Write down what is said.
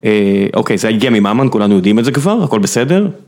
אוקיי זה הגיע מממן, כולנו יודעים את זה כבר, הכל בסדר?